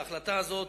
ההחלטה הזאת